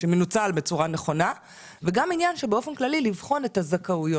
שמנוצל בצורה לא נכונה ובאופן כללי צריך גם לבחון את הזכאויות.